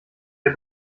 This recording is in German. der